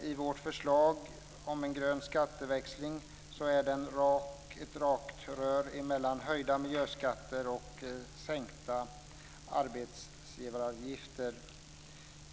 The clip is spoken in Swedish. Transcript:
I vårt förslag om en grön skatteväxling finns det ett rakt rör mellan höjda miljöskatter och sänkta arbetsgivaravgifter.